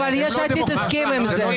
אבל יש עתיד הסכימו עם זה.